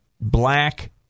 black